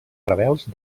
rebels